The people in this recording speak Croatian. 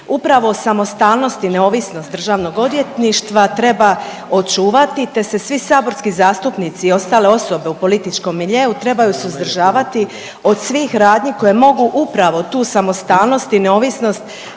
Upravo samostalnost i neovisnog Državnog odvjetništva treba očuvati te se svi saborski zastupnici i ostale osobe u političkom miljeu trebaju suzdržavati od svih radnji koje mogu upravo tu samostalnost i neovisnost